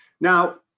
Now